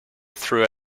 through